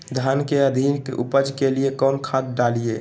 धान के अधिक उपज के लिए कौन खाद डालिय?